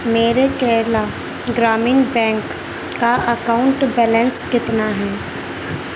میرے کیرلا گرامین بینک کا account balance کتنا ہے